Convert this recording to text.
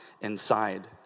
inside